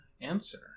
answer